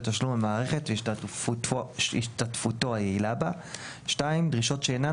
תשלום למערכת והשתתפותו היעילה בה; דרישות שאינן